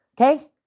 Okay